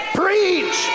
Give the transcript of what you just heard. preach